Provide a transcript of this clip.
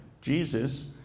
Jesus